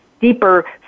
deeper